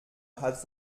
hat